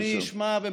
הוא לא, על מה הוויכוח.